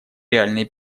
реальные